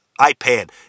iPad